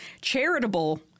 charitable